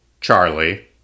Charlie